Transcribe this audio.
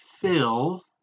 fill